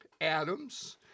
Adams